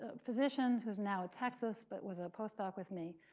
ah physician who's now at texas, but was a post-doc with me.